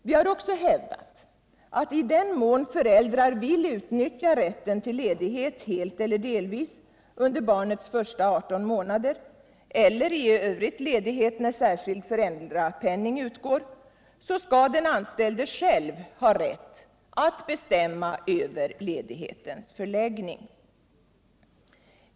Vi har också hävdat att i den mån föräldrar vill utnyttja rätten till ledighet helt eller delvis under barnets första 18 månader, eller i övrigt ledighet när särskild föräldrapenning utgår, så skall den anställde själv ha rätt att bestämma över ledighetens förläggning.